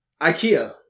IKEA